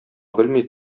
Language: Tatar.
белми